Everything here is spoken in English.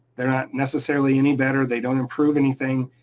they're not necessarily any better. they don't improve anything.